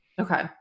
Okay